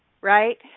right